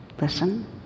listen